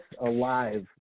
Alive